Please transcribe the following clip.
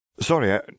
Sorry